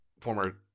former